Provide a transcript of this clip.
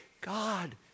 God